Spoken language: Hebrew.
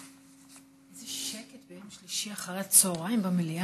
איזה שקט ביום שלישי אחר הצוהריים במליאה.